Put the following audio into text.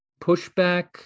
pushback